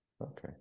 Okay